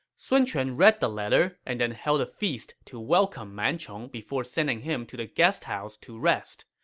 sun quan read the letter and then held a feast to welcome man chong before sending him to the guesthouse to rest.